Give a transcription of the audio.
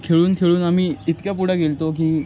खेळून खेळून आम्ही इतक्या पुढे गेलो होतो की